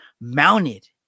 mounted